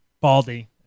Baldy